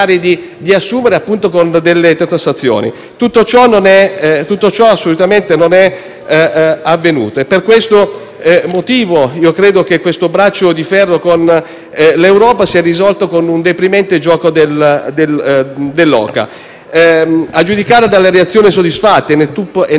credo che questo braccio di ferro con l'Europa si sia risolto con un deprimente gioco dell'oca. A giudicare dalle reazioni soddisfatte e neanche troppo imbarazzate del Governo, è come se in questi ottantaquattro giorni non fosse successo nulla, come se durante il tempo trascorso tra la "notte del